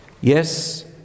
Yes